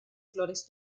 flores